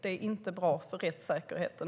Det är inte bra för rättssäkerheten.